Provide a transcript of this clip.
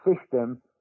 system